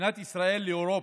מדינת ישראל ואירופה,